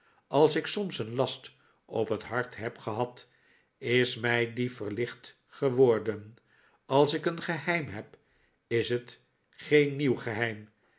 als ik soms een last op het hart heb gehad is mij die verlicht geworden als ik een geheim heb is het geen nieuw geheim